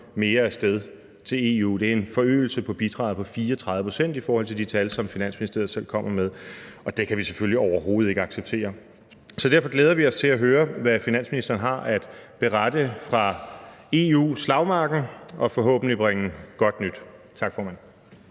mere afsted til EU. Det er en forøgelse af bidraget på 34 pct. i forhold til de tal, som Finansministeriet selv kommer med, og det kan vi selvfølgelig overhovedet ikke acceptere. Så derfor glæder vi os til at høre, hvad finansministeren har at berette fra EU-slagmarken, og forhåbentlig kan han bringe godt nyt. Kl.